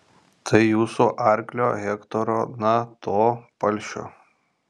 tai jūsų arklio hektoro na to palšio